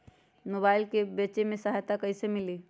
Mobile से बेचे में सहायता कईसे मिली?